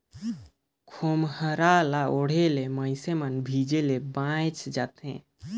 खोम्हरा ल ओढ़े ले मइनसे मन भीजे ले बाएच जाथे